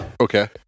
Okay